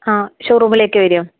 ആ ഷോറൂമിലേക്ക് വരൂ